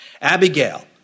Abigail